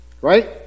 right